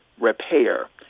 repair